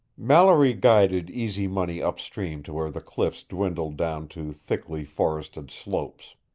mallory guided easy money upstream to where the cliffs dwindled down to thickly forested slopes.